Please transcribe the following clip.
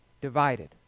divided